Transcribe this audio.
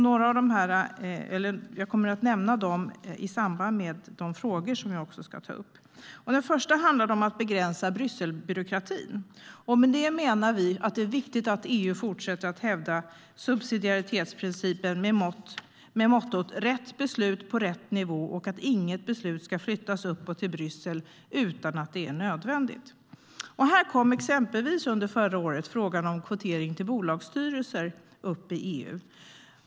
Jag kommer att nämna dem i samband med de frågor som jag ska ta upp. Den första handlade om att begränsa Brysselbyråkratin. Med det menar vi att det är viktigt att EU fortsätter att hävda subsidiaritetsprincipen med mottot: rätt beslut på rätt nivå, och inget beslut ska flyttas uppåt till Bryssel utan att det är nödvändigt. Under förra året kom exempelvis frågan om kvotering till bolagsstyrelser upp i EU.